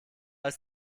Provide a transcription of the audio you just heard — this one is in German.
ist